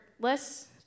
less